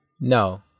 No